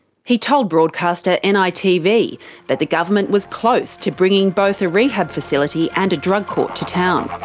he told broadcaster and nitv that the government was close to bringing both a rehab facility and a drug court to town.